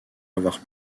avoir